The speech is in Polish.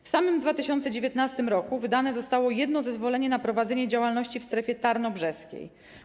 W samym 2019 r. wydane zostało jedno zezwolenie na prowadzenie działalności w strefie tarnobrzeskiej.